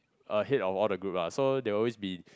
ahead of all the group ah so there will always be